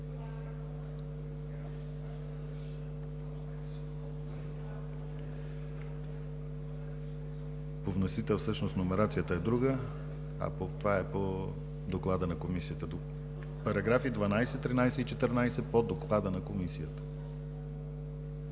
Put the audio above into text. По вносител всъщност номерацията е друга, а това е по доклада на Комисията – параграфи 12, 13 и 14 по доклада на Комисията.